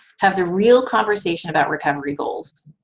have the real conversations about recovery goals?